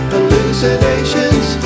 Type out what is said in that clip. Hallucinations